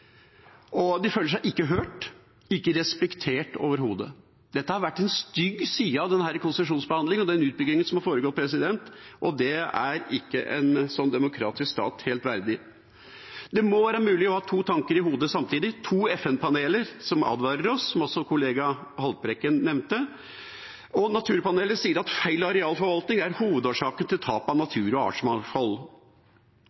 og de føler seg ikke hørt og ikke respektert overhodet. Dette har vært en stygg side av denne konsesjonsbehandlingen og utbyggingen som har foregått, og det er ikke en demokratisk stat verdig. Det må være mulig å ha to tanker i hodet samtidig. To FN-paneler som advarer oss, som kollega Haltbrekken nevnte, og Naturpanelet sier at feil arealforvaltning er hovedårsaken til tapet av